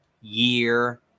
year